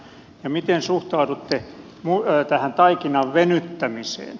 ja miten suhtaudutte tähän taikinan venyttämiseen